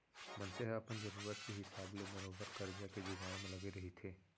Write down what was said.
मनसे ह अपन जरुरत के हिसाब ले बरोबर करजा के जुगाड़ म लगे रहिथे